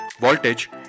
Voltage